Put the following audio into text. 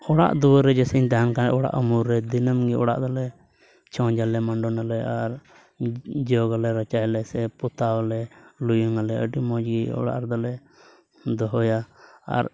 ᱚᱲᱟᱜ ᱫᱩᱣᱟᱹᱨ ᱨᱮ ᱡᱮᱥᱤᱧ ᱛᱟᱦᱮᱱ ᱠᱷᱟᱱ ᱚᱲᱟᱜ ᱩᱢᱩᱞ ᱨᱮ ᱫᱤᱱᱟᱹᱢ ᱜᱮ ᱚᱲᱟᱜ ᱫᱚᱞᱮ ᱪᱷᱚᱸᱪ ᱟᱞᱮ ᱢᱟᱰᱚᱱᱟᱞᱮ ᱟᱨ ᱡᱚᱜᱽ ᱟᱞᱮ ᱨᱟᱪᱟᱭᱞᱮ ᱥᱮ ᱯᱚᱛᱟᱣ ᱟᱞᱮ ᱞᱩᱭᱩᱝ ᱟᱞᱮ ᱟᱹᱰᱤ ᱢᱚᱡᱽ ᱚᱲᱟᱜ ᱨᱮᱫᱚ ᱞᱮ ᱫᱚᱦᱚᱭᱟ ᱟᱨ